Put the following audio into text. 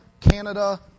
Canada